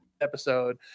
episode